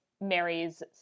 Mary's